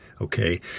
Okay